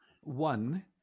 One